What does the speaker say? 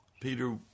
Peter